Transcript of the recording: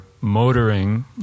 motoring